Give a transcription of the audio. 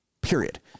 period